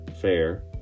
fair